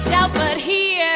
yeah ah but he yeah